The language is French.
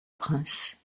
prince